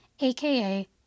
aka